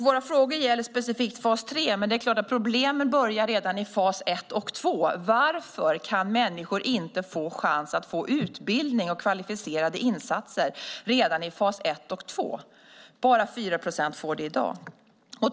Våra frågor gäller specifikt fas 3, men det är klart att problemen börjar redan i fas 1 och 2. Varför kan inte människor få chans att få utbildning och kvalificerade insatser redan i fas 1 och 2? Bara 4 procent får det i dag.